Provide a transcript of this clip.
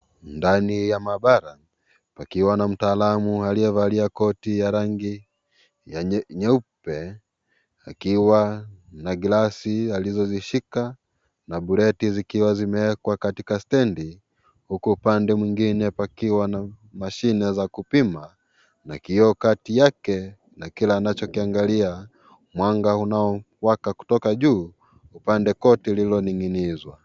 Ndani ya maabara, pakiwa na mtaalam aliyevalia koti ya rangi nyeupe, akiwa na glasi alizozishika na bureti zikiwa zimewekwa katika stendi, huku upande mwingine pakiwa na mashine za kupima na kioo kati yake na kile anachokiangalia. Mwanga unaowaka kutoka juu upande kote uliloning'inizwa.